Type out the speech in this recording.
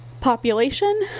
population